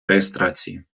реєстрації